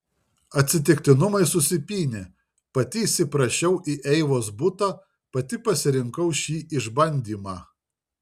atsitiktinumai susipynė pati įsiprašiau į eivos butą pati pasirinkau šį išbandymą